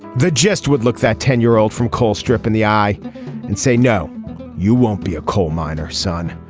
the jest would look that ten year old from colstrip in the eye and say no you won't be a coal miner son.